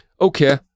Okay